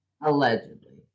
Allegedly